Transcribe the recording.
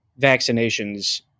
vaccinations